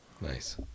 Nice